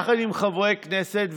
יחד עם חברי הכנסת,